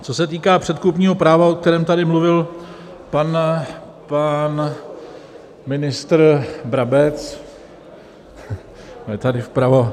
Co se týká předkupního práva, o kterém tady mluvil pan... pan ministr Brabec , tady vpravo.